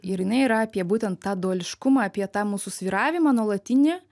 ir jinai yra apie būtent tą duališkumą apie tą mūsų svyravimą nuolatinį